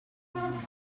element